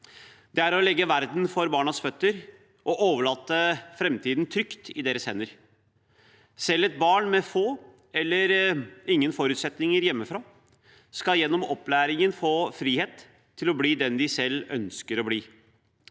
Det er å legge verden for barnas føtter og overlate framtiden trygt i deres hender. Selv barn med få eller ingen forutsetninger hjemmefra skal gjennom opplæringen få frihet til å bli den de selv ønsker å bli.